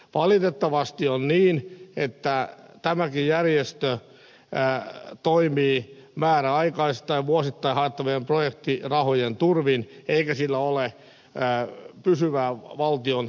valitettavasti on niin että tämäkin järjestö toimii määräaikaisesti vuosittain haettavien projektirahojen turvin eikä sillä ole pysyvää valtion rahoitusta